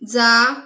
जा